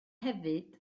hefyd